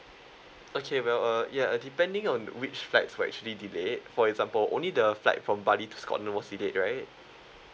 okay well uh ya uh depending on which flights were actually delayed for example only the flight from bali to scotland was delayed right